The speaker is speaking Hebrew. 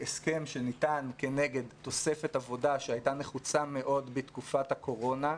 הסכם שניתן כנגד תוספת עבודה שהייתה נחוצה מאוד בתקופת הקורונה.